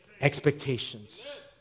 expectations